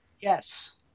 Yes